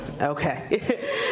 Okay